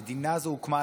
המדינה הזו הוקמה,